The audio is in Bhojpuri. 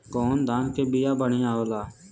कौन धान के बिया बढ़ियां होला?